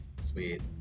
sweet